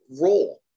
role